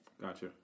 Gotcha